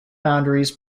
boundaries